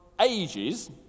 ages